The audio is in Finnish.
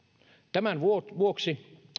tämän vuoksi